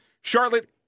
charlotte